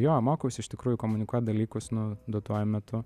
jo mokausi iš tikrųjų komunikuot dalykus nu duotuoju metu